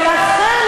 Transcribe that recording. ולכן,